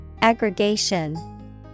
Aggregation